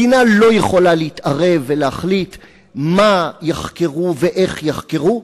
מדינה לא יכולה להתערב ולהחליט מה יחקרו ואיך יחקרו,